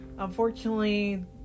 Unfortunately